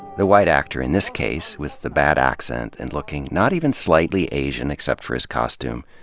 the white actor in this case, with the bad accent and looking not even slightly asian except for his costume,